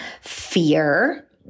fear